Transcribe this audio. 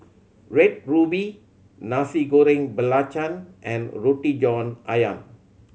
Red Ruby Nasi Goreng Belacan and Roti John Ayam